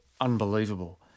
unbelievable